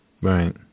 Right